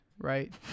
Right